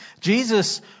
Jesus